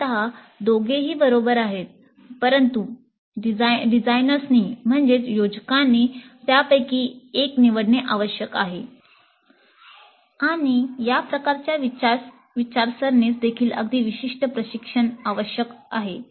मूलत दोघेही बरोबर आहेत परंतु योजकांनी त्यापैकी एक निवडणे आवश्यक आहे आणि या प्रकारच्या विचारसरणीस देखील अगदी विशिष्ट प्रशिक्षण आवश्यक आहे